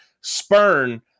spurn